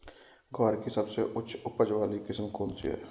ग्वार की सबसे उच्च उपज वाली किस्म कौनसी है?